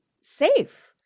safe